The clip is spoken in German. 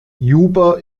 juba